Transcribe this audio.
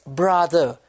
brother